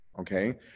okay